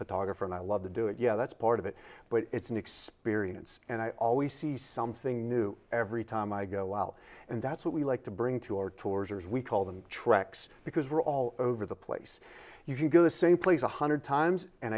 photographer and i love to do it yeah that's part of it but it's an experience and i always see something new every time i go out and that's what we like to bring to our tours or as we call them treks because we're all over the place you can go the same place one hundred times and